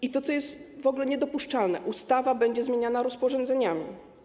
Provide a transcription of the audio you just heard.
I to, co jest w ogóle niedopuszczalne: ustawa będzie zmieniana rozporządzeniami.